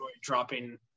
dropping